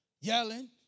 Yelling